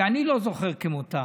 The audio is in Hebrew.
שאני לא זוכר כמותה,